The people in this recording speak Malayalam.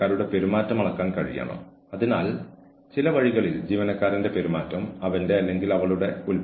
പെരുമാറ്റം സ്വീകാര്യമല്ലെന്ന് ആക്രമണകാരിയെ അറിയിക്കുക ആദ്യം വാക്കാൽ തുടർന്ന് രേഖാമൂലം